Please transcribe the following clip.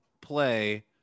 play